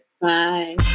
Bye